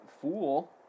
fool